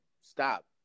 Stop